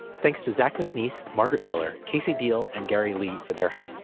thanks to zach mcnees, margaret miller, casey deal and gary lee for their help.